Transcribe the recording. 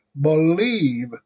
Believe